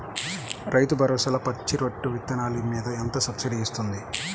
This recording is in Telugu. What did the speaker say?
రైతు భరోసాలో పచ్చి రొట్టె విత్తనాలు మీద ఎంత సబ్సిడీ ఇస్తుంది?